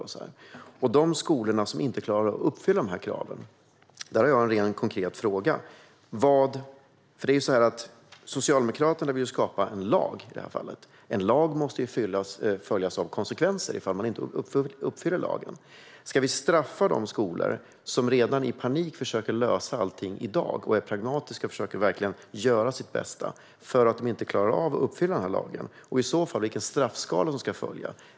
När det gäller de skolor som inte klarar av att uppfylla dessa krav har jag en konkret fråga. Socialdemokraterna vill ju skapa en lag i detta fall. En lag måste följas av konsekvenser ifall man inte uppfyller lagen. Ska vi straffa de skolor som i panik försöker lösa allting i dag, och som är pragmatiska och verkligen försöker göra sitt bästa, för att de inte klarar av att uppfylla denna lag? I så fall undrar jag vilken straffskala som ska följa.